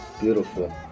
Beautiful